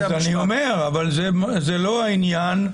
אז אני אומר, זה לא המצב.